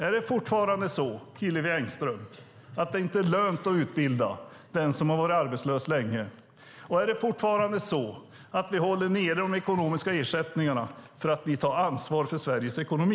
Är det fortfarande så, Hillevi Engström, att det inte är lönt att utbilda den som har varit arbetslös länge? Är det fortfarande så att vi håller nere de ekonomiska ersättningarna för att ni tar ansvar för Sveriges ekonomi?